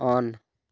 on